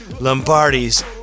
Lombardi's